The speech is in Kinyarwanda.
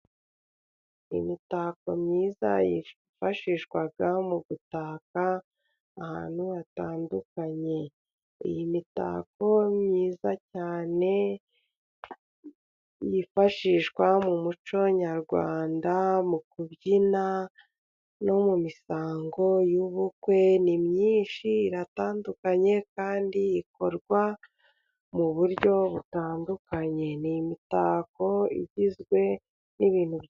Imitako myiza yifashishwa mu gutaka ahantu hatandukanye, iyi mitako myiza cyane yifashishwa mu muco nyarwanda mu kubyina no mu misango yubukwe, ni myinshi iratandukanye kandi ikorwa mu buryo butandukanye, ni imitako igizwe n'ibintu.....